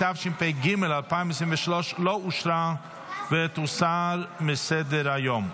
התשפ"ג 2023, לא אושרה ותוסר מסדר-היום.